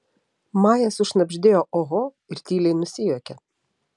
maja sušnabždėjo oho ir tyliai nusijuokė